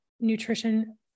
nutrition